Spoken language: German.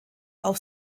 auf